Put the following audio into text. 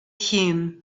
him